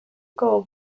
bwabo